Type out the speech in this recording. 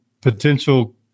potential